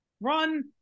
Run